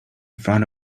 front